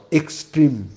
extreme